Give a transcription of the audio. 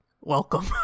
Welcome